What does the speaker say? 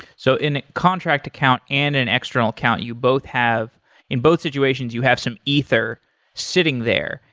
so in a contract account and an external account, you both have in both situations you have some ether sitting there,